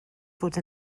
fod